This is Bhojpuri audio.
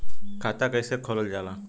खाता कैसे खोलल जाला?